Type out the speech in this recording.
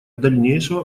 дальнейшего